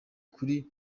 kuri